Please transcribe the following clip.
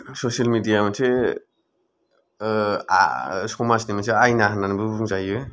social media मोनसे समाजनि मोनसे आइना होननानैबो बुंजायो